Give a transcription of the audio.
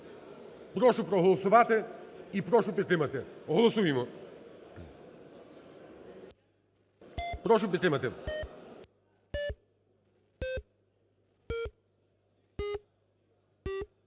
Прошу проголосувати і прошу підтримати. Голосуємо. Прошу підтримати.